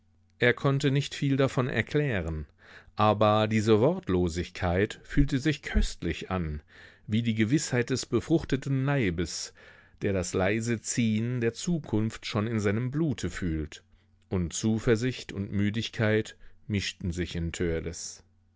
er konnte nicht viel davon erklären aber diese wortlosigkeit fühlte sich köstlich an wie die gewißheit des befruchteten leibes der das leise ziehen der zukunft schon in seinem blute fühlt und zuversicht und müdigkeit mischten sich in